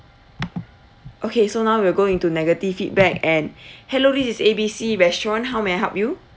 okay so now we will go into negative feedback and hello this is A B C restaurant how may I help you